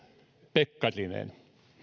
pekkarinen